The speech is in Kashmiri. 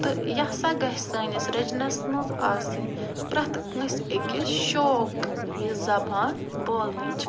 تہٕ یہِ ہسا گژھہِ سٲنِس رِجنَس منٛز آسٕنۍ پرٛیٚتھ کانٛسہِ أکِس شوق یہِ زبان بولنٕچۍ